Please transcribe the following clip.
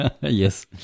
yes